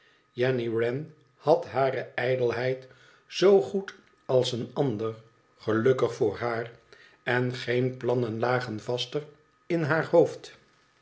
jenny wren had hare ijdelheid zoo goed als een ander gelukkig voor haar en geen plannen lagen vaster in haar hoofd